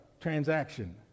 transaction